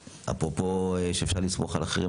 אפרופו שאפשר לסמוך על אחרים.